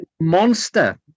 monster